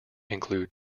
include